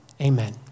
amen